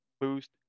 boost